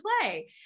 play